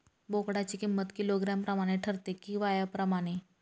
बोकडाची किंमत किलोग्रॅम प्रमाणे ठरते कि वयाप्रमाणे?